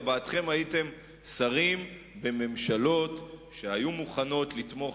ארבעתכם הייתם שרים בממשלות שהיו מוכנות לתמוך